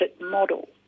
model